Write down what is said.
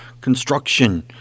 construction